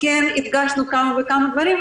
וכן הדגשנו כמה וכמה דברים.